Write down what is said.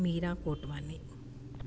Meera Kotwani